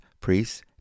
priests